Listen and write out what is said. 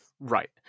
Right